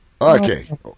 okay